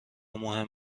مهم